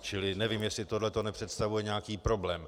Čili nevím, jestli tohle to nepředstavuje nějaký problém.